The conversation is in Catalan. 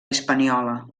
hispaniola